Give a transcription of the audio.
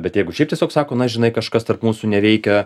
bet jeigu šiaip tiesiog sako na žinai kažkas tarp mūsų neveikia